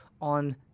on